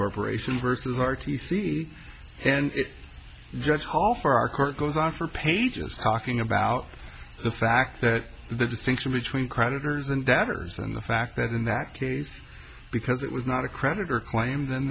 corporations versus r t c and judge paul for our court goes on for pages talking about the fact that the distinction between creditors and debtors and the fact that in that case because it was not a creditor claim th